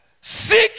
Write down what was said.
seek